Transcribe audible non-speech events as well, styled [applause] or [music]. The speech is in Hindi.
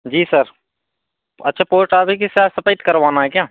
जी सर अच्छा पोरटावे के साथ [unintelligible] करवाना है क्या